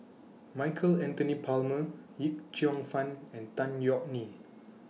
Michael Anthony Palmer Yip Cheong Fun and Tan Yeok Nee